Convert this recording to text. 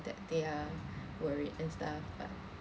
that they are worried and stuff but